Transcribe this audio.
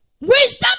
Wisdom